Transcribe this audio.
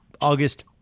August